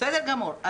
בסדר גמור.